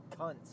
cunts